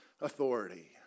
authority